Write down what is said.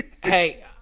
Hey